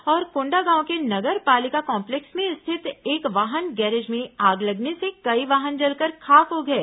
और कोंडागांव के नगर पालिका कॉम्पलेक्स में स्थित एक वाहन गैरेज में आग लगने से कई वाहन जलकर खाक हो गए